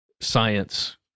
science